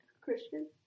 Christian